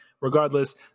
regardless